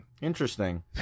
Interesting